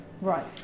Right